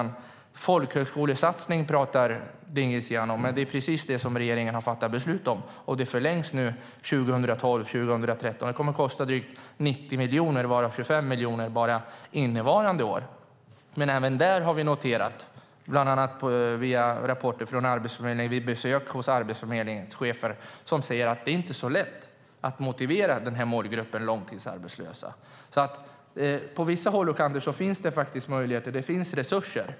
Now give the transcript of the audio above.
En folkhögskolesatsning pratar Dingizian om, men det är precis det som regeringen har fattat beslut om, och det förlängs nu 2012/13. Det kommer att kosta drygt 90 miljoner, varav 25 miljoner bara innevarande år. Men genom bland annat rapporter från Arbetsförmedlingen och besök hos Arbetsförmedlingens chefer har vi noterat att det inte är så lätt att motivera denna målgrupp, långtidsarbetslösa. På vissa håll och kanter finns det möjligheter, och det finns resurser.